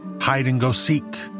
hide-and-go-seek